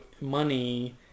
money